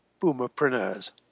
boomerpreneurs